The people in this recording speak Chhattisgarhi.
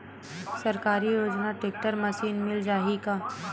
सरकारी योजना टेक्टर मशीन मिल जाही का?